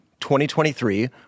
2023